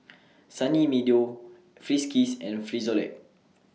Sunny Meadow Friskies and Frisolac